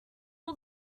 all